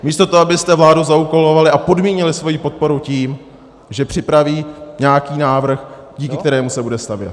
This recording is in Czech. Místo toho, abyste vládu zaúkolovali a podmínili svoji podporu tím, že připraví nějaký návrh, díky kterému se bude stavět.